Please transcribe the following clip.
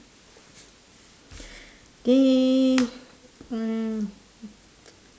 they mm